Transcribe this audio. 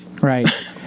Right